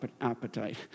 appetite